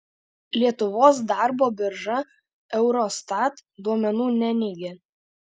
lietuvos darbo birža eurostat duomenų neneigia